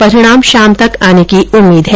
परिणाम शाम तक आने की उम्मीद है